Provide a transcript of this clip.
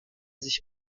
sich